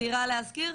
דירה להשכיר,